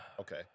Okay